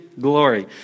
glory